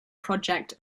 project